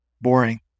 boring